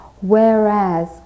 Whereas